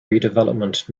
redevelopment